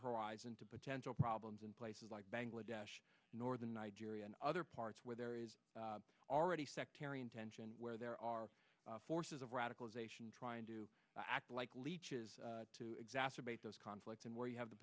horizon to potential problems in places like bangladesh northern nigeria and other parts where there is already sectarian tension where there are forces of radicalization trying to act like leeches to exacerbate those conflicts and where you have the